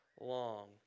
long